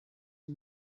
was